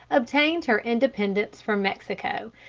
obtained her independence from mexico,